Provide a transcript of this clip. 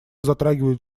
затрагивают